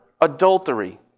adultery